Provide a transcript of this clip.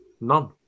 None